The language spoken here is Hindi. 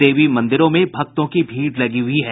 देवी मंदिरों में भक्तों की भीड़ लगी हुयी है